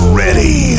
ready